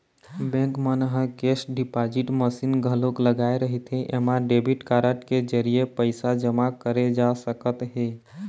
bank मन ह cash deposit machine घलोक लगाए रहिथे एमा डेबिट कारड के जरिए पइसा जमा करे जा सकत हे